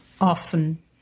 often